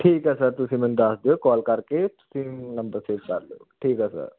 ਠੀਕ ਹੈ ਸਰ ਤੁਸੀਂ ਮੈਨੂੰ ਦੱਸ ਦਿਓ ਕੌਲ ਕਰਕੇ ਤੁਸੀਂ ਨੰਬਰ ਸੇਵ ਕਰ ਲਿਓ ਠੀਕ ਹੈ ਸਰ